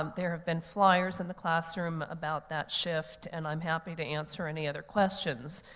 um there have been fliers in the classroom about that shift, and i'm happy to answer any other questions.